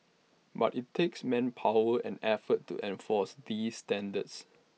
but IT takes manpower and effort to enforce these standards